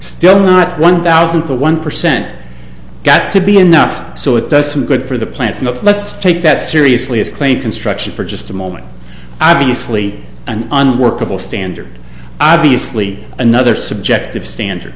still not one thousandth of one percent got to be enough so it does some good for the plants not let's take that seriously as claimed construction for just a moment obviously an unworkable standard obviously another subjective standard